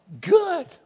good